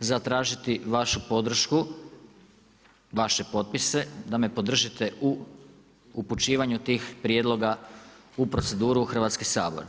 zatražiti vašu podršku, vaše potpise da me podržite u upućivanju tih prijedloga u proceduru u Hrvatski sabor.